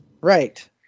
Right